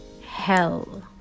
hell